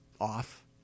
off